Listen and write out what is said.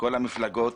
מכל המפלגות